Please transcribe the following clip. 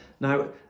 Now